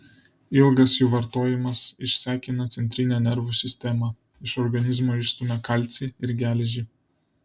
ilgas jų vartojimas išsekina centrinę nervų sistemą iš organizmo išstumia kalcį ir geležį